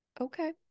Okay